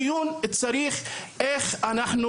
אנחנו בדיון צריכים להתייחס לשאלה איך אנחנו